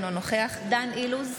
אינו נוכח דן אילוז,